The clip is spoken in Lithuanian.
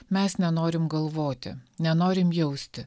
mes nenorim galvoti nenorim jausti